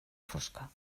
fosca